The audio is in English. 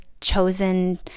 chosen